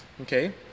okay